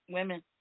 Women